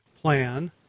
plan